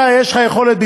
אתה יש לך יכולת ביצוע?